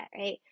Right